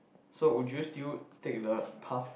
so would you still take the path